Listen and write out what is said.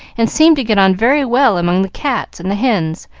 and seemed to get on very well among the cats and the hens,